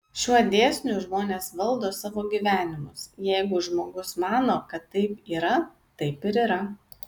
šiuo dėsniu žmonės valdo savo gyvenimus jeigu žmogus mano kad taip yra taip ir yra